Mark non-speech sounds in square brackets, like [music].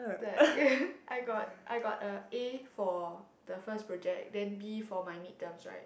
the [noise] I got I got a A for the first project then B for my mid terms right